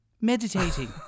meditating